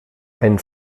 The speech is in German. ein